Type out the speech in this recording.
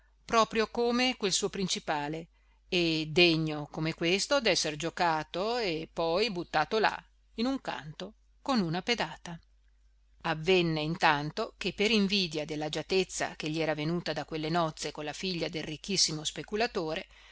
proprio come quel suo principale e degno come questo d'esser giocato e poi buttato là in un canto con una pedata avvenne intanto che per invidia dell'agiatezza che gli era venuta da quelle nozze con la figlia del ricchissimo speculatore